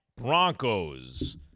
Broncos